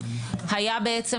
היה בעצם,